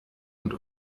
und